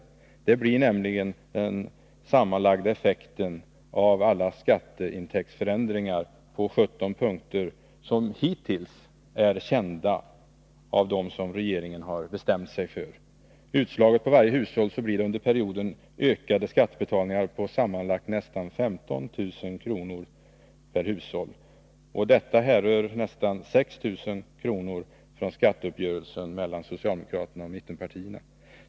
Sådan blir nämligen effekten av alla skatteintäktsförändringar på de 17 punkter som hittills är kända av dem som regeringen har bestämt sig för. Utslaget på alla hushåll blir det under perioden ökade skattebetalningar om sammanlagt nästan 15 000 kronor per hushåll. Av detta härrör nästan 6 000 kr. från skatteuppgörelsen mellan socialdemokraterna och mittenpartierna.